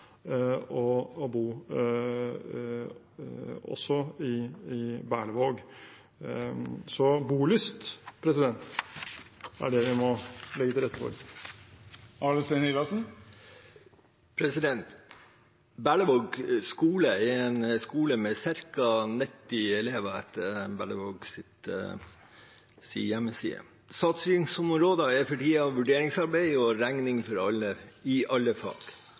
å bo også i Berlevåg. Så bolyst er det vi må legge til rette for. Berlevåg skole er en skole med ca. 90 elever, etter Berlevågs hjemmeside. Satsingsområder er for tiden vurderingsarbeid og regning i alle fag.